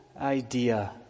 idea